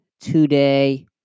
today